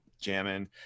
jamming